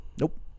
Nope